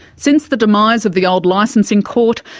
since the demise of the old licensing court,